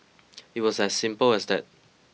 it was as simple as that